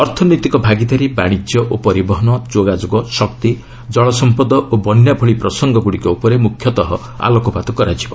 ଅର୍ଥନୈତିକ ଭାଗିଦାରୀ ବାଣିଜ୍ୟ ଓ ପରିବହନ ଯୋଗାଯୋଗ ଶକ୍ତି ଜଳସମ୍ପଦ ଓ ବନ୍ୟା ଭଳି ପ୍ରସଙ୍ଗଗୁଡ଼ିକ ଉପରେ ମୁଖ୍ୟତଃ ଆଲୋପପାତ କରାଯିବ